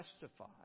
testify